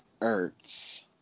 Ertz